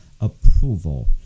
approval